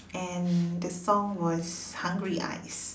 and the song was hungry eyes